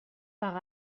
par